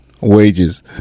wages